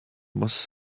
must